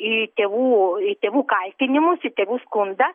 į tėvų į tėvų kaltinimus į tėvų skundą